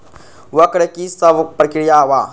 वक्र कि शव प्रकिया वा?